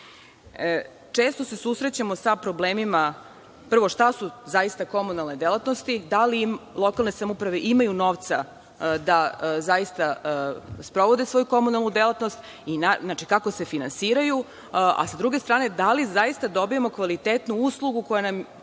Često se susrećemo sa problemima. Prvo šta su zaista komunalne delatnosti? Da li lokalne samouprave imaju novca da zaista sprovode svoju komunalnu delatnosti? Kako se finansiraju? Sa druge strane, da li zaista dobijamo kvalitetnu uslugu koja nam